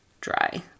dry